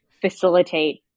facilitate